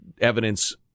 evidence